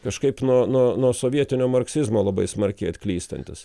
kažkaip nuo nuo nuo sovietinio marksizmo labai smarkiai atklystantis